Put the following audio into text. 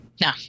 No